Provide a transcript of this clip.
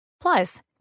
Plus